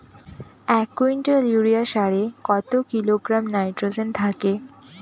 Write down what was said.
এক quintal urea সারে কত কিলোগ্রাম নাইট্রোজেন থাকে?